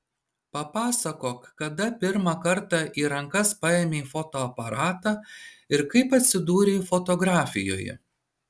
papasakok kada pirmą kartą į rankas paėmei fotoaparatą ir kaip atsidūrei fotografijoje